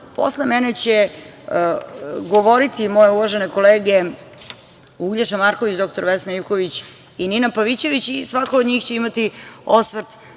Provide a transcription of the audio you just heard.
mene će govoriti moje uvažene kolege Uglješa Marković, dr Vesna Ivković i Nina Pavićević i svako od njih će imati osvrt